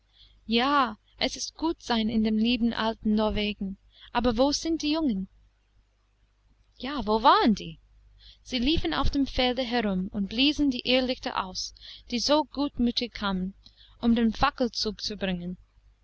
ja es ist gut sein in dem lieben alten norwegen aber wo sind die jungen ja wo waren die sie liefen auf dem felde herum und bliesen die irrlichter aus die so gutmüthig kamen um den fackelzug zu bringen